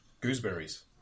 Gooseberries